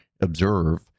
observe